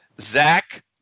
Zach